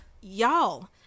y'all